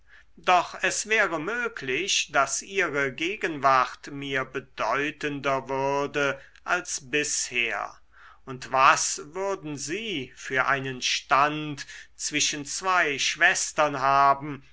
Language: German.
doch es wäre möglich daß ihre gegenwart mir bedeutender würde als bisher und was würden sie für einen stand zwischen zwei schwestern haben